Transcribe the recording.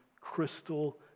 crystal